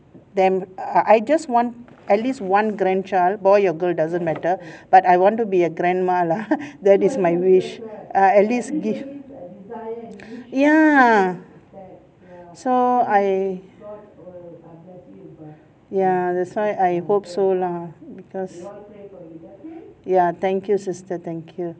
I just want at least one grandchild boy or girl doesn't matter but I want to be a grandma lah that is my wish err at least give ya so I ya that's why I hope so lah because ya thank you sister thank you